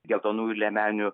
geltonųjų liemenių